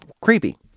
creepy